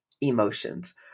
emotions